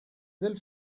del